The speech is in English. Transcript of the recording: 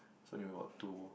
so need wait about two